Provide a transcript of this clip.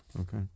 okay